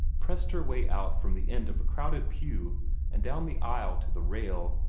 pressed her way out from the end of a crowded pew and down the aisle to the rail.